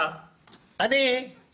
אני לא בממשלה.